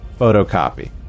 photocopy